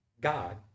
god